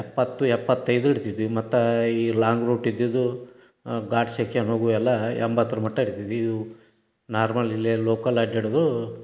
ಎಪ್ಪತ್ತು ಎಪ್ಪತ್ತೈದು ಇಡ್ತಿದ್ವಿ ಮತ್ತು ಈ ಲಾಂಗ್ ರೂಟ್ ಇದ್ದಿದ್ದು ಘಾಟ್ ಸೆಕ್ಷನ್ ಹೋಗುವುವೆಲ್ಲ ಎಂಬತ್ತರ ಮಟ್ಟ ಇಡ್ತಿದ್ವಿ ಇವು ನಾರ್ಮಲ್ ಇಲ್ಲೇ ಲೋಕಲ್ ಅಡ್ಡಾಡುವುದು